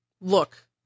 look